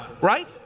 Right